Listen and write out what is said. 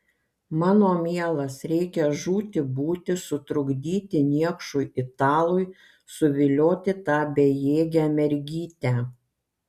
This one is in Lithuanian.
mano mielas reikia žūti būti sutrukdyti niekšui italui suvilioti tą bejėgę mergytę